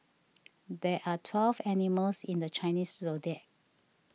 there are twelve animals in the Chinese zodiac